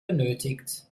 benötigt